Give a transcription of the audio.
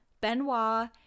Benoit